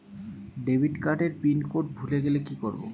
Debit card এর pin code ভুলে গেলে কি করব?